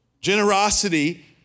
Generosity